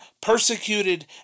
persecuted